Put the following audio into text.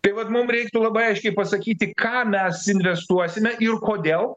tai vat mum reiktų labai aiškiai pasakyti ką mes investuosime ir kodėl